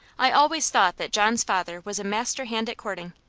i always thought that john's father was a master hand at courting,